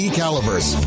calibers